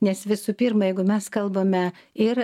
nes visų pirma jeigu mes kalbame ir